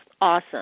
awesome